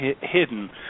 hidden